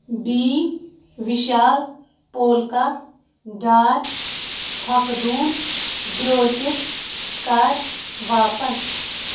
B Vishal polka dot پھۄکہٕ دوٗن برٛوڈکِٹ کَر واپَس